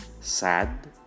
Sad